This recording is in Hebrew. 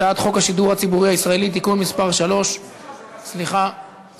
הצעת חוק השידור הציבורי הישראלי (תיקון מס' 3). סליחה,